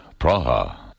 Praha